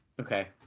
Okay